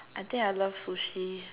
I think I love sushi